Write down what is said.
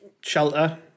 shelter